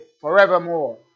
forevermore